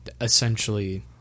essentially